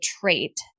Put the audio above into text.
trait